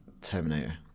Terminator